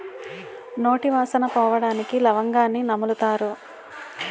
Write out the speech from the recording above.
నోటి వాసన పోవడానికి లవంగాన్ని నములుతారు